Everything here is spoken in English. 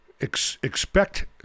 expect